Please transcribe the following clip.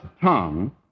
tongue